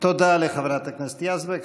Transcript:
תודה לחברת הכנסת יזבק.